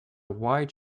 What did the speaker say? white